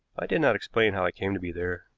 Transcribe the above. i did not explain how i came to be there,